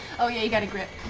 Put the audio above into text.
oh yeah, you've got to grip.